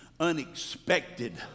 unexpected